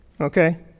Okay